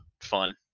fun